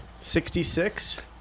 Sixty-six